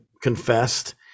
confessed